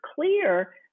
clear